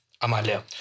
Amalia